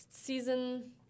Season